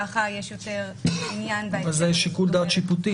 ככה יש יותר עניין --- זה שיקול דעת שיפוטי.